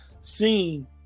scene